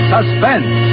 Suspense